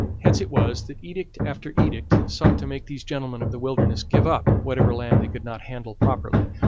hence it was that edict after edict sought to make these gentlemen of the wilderness give up whatever land they could not handle properly,